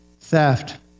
theft